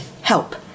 help